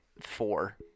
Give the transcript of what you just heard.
four